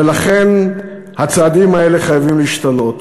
ולכן הצעדים האלה חייבים להשתנות.